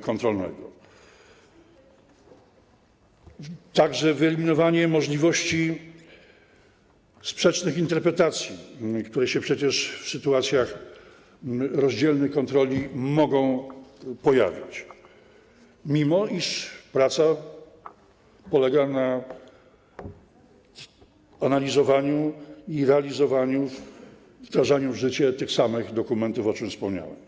kontrolnego, oraz o wyeliminowanie możliwości sprzecznych interpretacji, które się przecież w sytuacjach rozdzielnej kontroli mogą pojawiać, mimo iż praca polega na analizowaniu i realizowaniu, wdrażaniu w życie tych samych dokumentów, o czym wspomniałem.